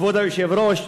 כבוד היושב-ראש,